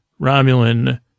Romulan